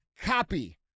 copy